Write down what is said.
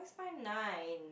nine